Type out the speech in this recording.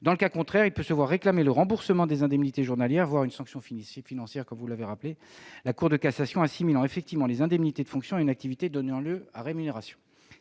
Dans le cas contraire, il peut se voir réclamer le remboursement des indemnités journalières, avec, parfois, une sanction financière, la Cour de cassation assimilant effectivement les indemnités de fonction à une activité donnant lieu à rémunération.